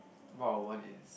what I want is